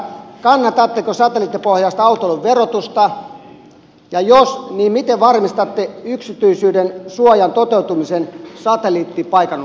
kannatatteko satelliittipohjaista autoilun verotusta ja jos niin miten varmistatte yksityisyydensuojan toteutumisen satelliittipaikannuksessa